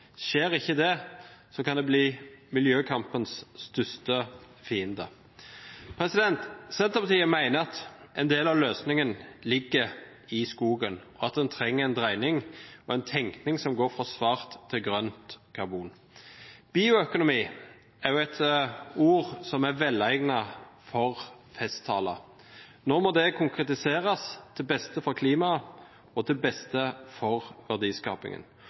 Skjer ikke det, kan det bli miljøkampens største fiende. Senterpartiet mener at en del av løsningen ligger i skogen, og at en trenger en dreining og en tenkning som går fra svart til grønt karbon. Bioøkonomi er et ord som er velegnet for festtaler. Nå må det konkretiseres, til beste for klimaet og til beste for verdiskapingen.